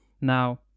Now